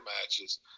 matches